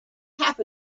half